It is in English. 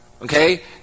Okay